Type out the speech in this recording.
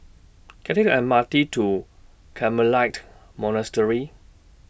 Can I Take M R T to Carmelite Monastery